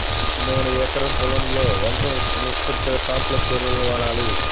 నేను ఎకరం పొలంలో ఎంత నిష్పత్తిలో కాంప్లెక్స్ ఎరువులను వాడాలి?